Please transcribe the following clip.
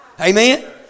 Amen